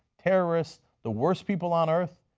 terrorists, the worst people on earth.